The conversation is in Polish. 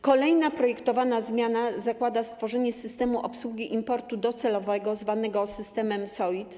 Kolejna projektowana zmiana zakłada stworzenie systemu obsługi importu docelowego, zwanego systemem SOID.